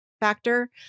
factor